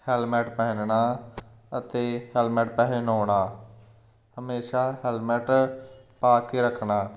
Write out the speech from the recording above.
helmet ਪਹਿਨਣਾ ਅਤੇ helmet ਪਹਿਨਾਉਣਾ ਹਮੇਸ਼ਾ ਹੈਲਮੈਟ ਪਾ ਕੇ ਰੱਖਣਾ